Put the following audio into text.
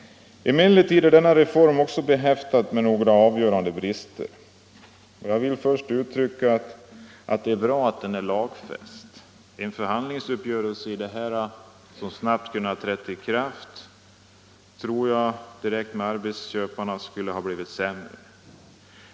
Emellertid är denna reform också behäftad med några avgörande brister. Jag vill först uttala att det är bra att den är lagfäst. En förhandlingsuppgörelse med arbetsköparna, som snabbt hade kunnat träda i kraft, tror jag skulle ha blivit sämre.